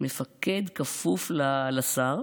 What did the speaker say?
ל"מפקד כפוף לשר".